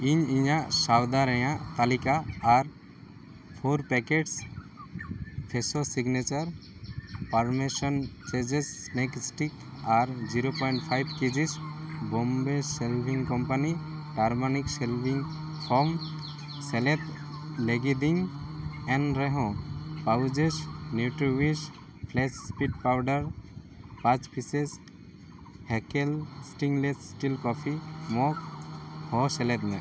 ᱤᱧ ᱤᱧᱟᱹᱜ ᱥᱚᱭᱫᱟ ᱨᱮᱱᱟᱜ ᱛᱟᱞᱤᱠᱟ ᱟᱨ four packets Fresho signature Parmesan ᱪᱤᱡᱽ ᱥᱱᱮᱠ ᱥᱴᱤᱠᱥ ᱟᱨ ᱡᱤᱨᱳ ᱯᱚᱭᱮᱱᱴ ᱯᱷᱟᱭᱤᱵᱽ ᱠᱮ G S Bombay ᱥᱮᱵᱷᱤᱝ company turmeric ᱥᱮᱵᱷᱤᱝ foam ᱥᱮᱞᱮᱫ ᱞᱟᱹᱜᱤᱫ ᱤᱧ ᱮᱱᱨᱮᱦᱚᱸ pouches Nutriwish flakes seed powder ᱯᱟᱸᱪ ᱯᱤᱥᱮᱥ ᱦᱮᱡᱮᱞ ᱥᱴᱮᱱᱞᱮᱥ ᱥᱴᱤᱞ ᱠᱚᱯᱷᱤ ᱢᱩᱜᱽ ᱦᱚᱸ ᱥᱮᱞᱮᱫᱽ ᱢᱮ